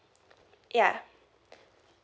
ya